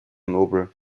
nobel